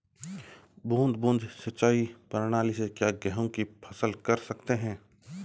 बूंद बूंद सिंचाई प्रणाली से क्या गेहूँ की फसल कर सकते हैं?